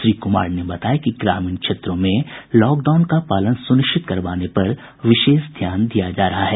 श्री कुमार ने बताया कि ग्रामीण क्षेत्रों में लॉकडाउन का पालन स्निश्चित करवाने पर विशेष ध्यान दिया जा रहा है